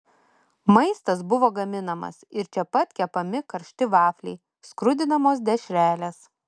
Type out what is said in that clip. maistas buvo gaminamas ir čia pat kepami karšti vafliai skrudinamos dešrelės